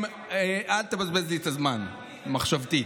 אל תבזבז לי את הזמן, מחשבתית.